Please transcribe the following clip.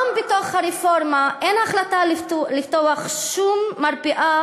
בתוך הרפורמה גם אין החלטה לפתוח שום מרפאה